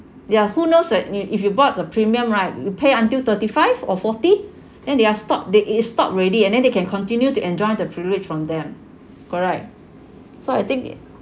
ya who knows right if if you bought the premium right you pay until thirty five or forty then they are stopped they it it stopped already and then they can continue to enjoy the privilege from them correct so I think it